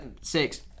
six